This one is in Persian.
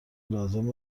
لازم